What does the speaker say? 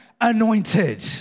anointed